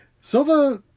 Silva